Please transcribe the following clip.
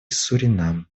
суринам